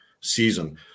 season